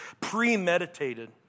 premeditated